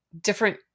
different